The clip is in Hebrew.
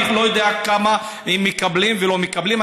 אני לא כמה, ואם מקבלים ולא מקבלים.